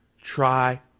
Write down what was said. try